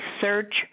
search